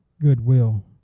goodwill